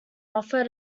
offer